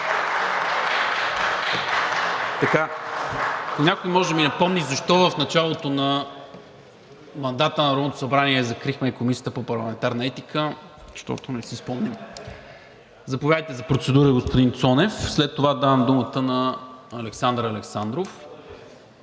Някой може да ми напомни защо в началото на мандата на Народното събрание закрихме Комисията по парламентарна етика, защото не си спомням?! Заповядайте за процедура, господин Цонев. След това давам думата на Александър Александров.